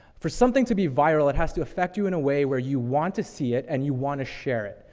for something to be viral, it has to affect you in a way where you want to see it, and you wanna share it.